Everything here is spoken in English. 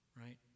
right